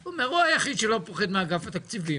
הוא היחיד שלא פוחד מאגף התקציבים.